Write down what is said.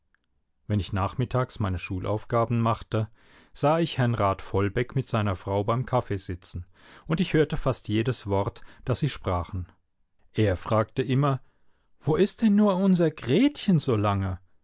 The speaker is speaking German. wenn ich nachmittags meine schulaufgaben machte sah ich herrn rat vollbeck mit seiner frau beim kaffee sitzen und ich hörte fast jedes wort das sie sprachen er fragte immer wo ist denn nur unser gretchen so lange